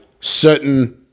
certain